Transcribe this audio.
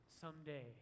someday